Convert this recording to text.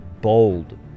bold